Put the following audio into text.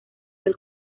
del